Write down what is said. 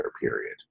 period